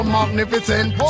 magnificent